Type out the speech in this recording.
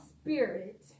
Spirit